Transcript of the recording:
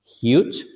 huge